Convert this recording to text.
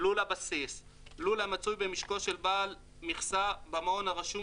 "לול הבסיס" לול המצוי במשקו של בעל מכסה במען הרשום